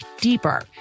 deeper